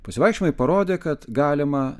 pasivaikščiojimai parodė kad galima